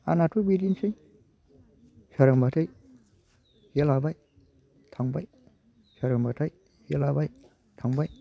आंनाथ' बिदिनोसै सोरांबाथाय जे लाबाय थांबाय सोरांबाथाय जे लाबाय थांबाय